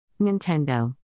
Nintendo